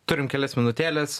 turim kelias minutėles